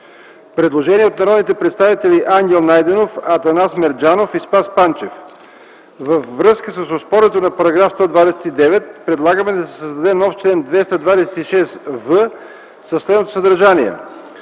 Предложение от народните представители Ангел Найденов, Атанас Мерджанов и Спас Панчев: „Във връзка с оспорването на § 129 предлагаме да се създаде нов чл. 226в със следното съдържание: